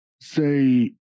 say